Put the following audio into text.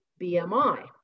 BMI